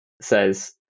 says